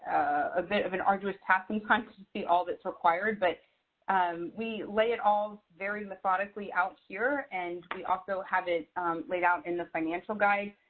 a bit of an arduous task and constancy all that's required. but we lay it all very methodically out here. and we also have it laid out in the financial guide.